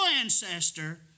ancestor